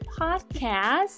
podcast